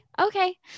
Okay